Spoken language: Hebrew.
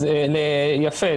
אז יפה,